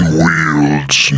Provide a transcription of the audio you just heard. wields